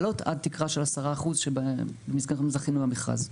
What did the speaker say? לעלות עד תקרה של 10% שזכינו במכרז.